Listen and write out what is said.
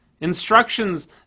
instructions